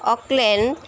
Oakland